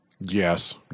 Yes